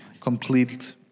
complete